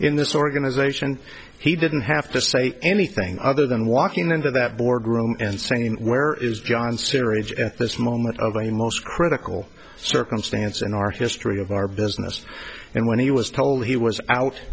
in this organization he didn't have to say anything other than walking into that boardroom and saying where is john syringe at this moment of a most critical circumstance in our history of our business and when he was told he was out